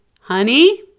Honey